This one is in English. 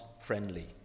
friendly